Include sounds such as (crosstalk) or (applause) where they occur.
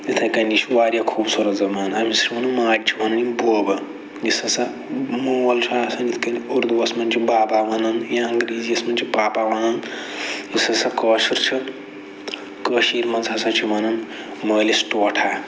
یِتھَے کٔنۍ یہِ چھُ واریاہ خوبصورت زبان (unintelligible) ماجہ چھِ ونان یِم بوبہٕ یُس ہَسا مول چھُ آسان یِتھ کٔنۍ اردوٗوَس مَنٛز چھ بابا ونان یا انگریٖزیَس مَنٛز چھِ پاپا ونان یُس ہَسا کٲشُر چھُ کٔشیٖرِ مَنٛز ہَسا چھِ ونان مٲلِس ٹوٹھا